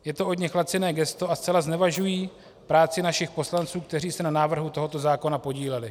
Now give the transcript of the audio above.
Je to od nich laciné gesto a zcela znevažují práci našich poslanců, kteří se na návrhu tohoto zákona podíleli.